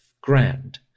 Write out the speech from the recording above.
grand